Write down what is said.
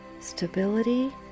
stability